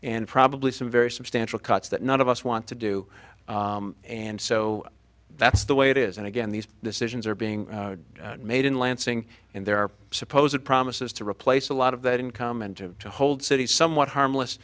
and probably some very substantial cuts that none of us want to do and so that's the way it is and again these decisions are being made in lansing and there are suppose it promises to replace a lot of that income and to hold city somewhat harmless